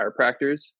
chiropractors